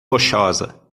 rochosa